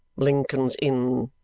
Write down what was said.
lincoln's inn.